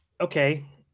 okay